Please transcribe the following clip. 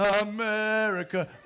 America